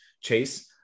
Chase